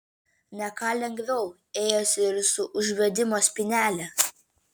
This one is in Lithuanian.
ne ką lengviau ėjosi ir su užvedimo spynele